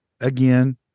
again